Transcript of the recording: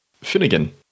Finnegan